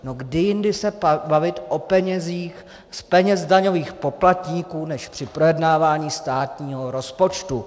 No, kdy jindy se bavit o penězích z peněz daňových poplatníků než při projednávání státního rozpočtu.